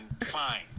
Fine